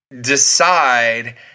decide –